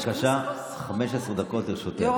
בבקשה, 15 דקות לרשותך.